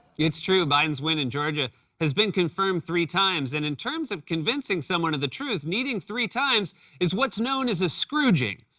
it's true. biden's win in georgia has been confirmed three times. and, in terms of convincing someone of the truth, needing three times is what's known as a scrooging.